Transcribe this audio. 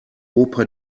opa